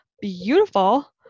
beautiful